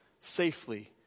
safely